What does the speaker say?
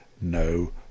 no